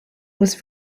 was